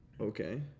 okay